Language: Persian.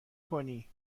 کنی